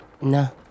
No